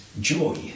joy